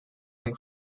and